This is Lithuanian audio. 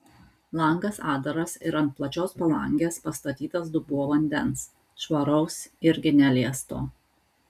langas atdaras ir ant plačios palangės pastatytas dubuo vandens švaraus irgi neliesto